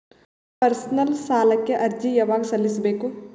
Personal ಸಾಲಕ್ಕೆ ಅರ್ಜಿ ಯವಾಗ ಸಲ್ಲಿಸಬೇಕು?